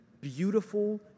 beautiful